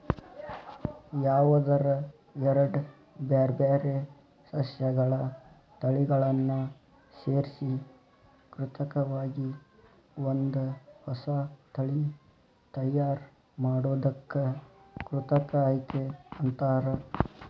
ಯಾವದರ ಎರಡ್ ಬ್ಯಾರ್ಬ್ಯಾರೇ ಸಸ್ಯಗಳ ತಳಿಗಳನ್ನ ಸೇರ್ಸಿ ಕೃತಕವಾಗಿ ಒಂದ ಹೊಸಾ ತಳಿ ತಯಾರ್ ಮಾಡೋದಕ್ಕ ಕೃತಕ ಆಯ್ಕೆ ಅಂತಾರ